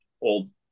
old